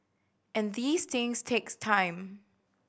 and these things takes time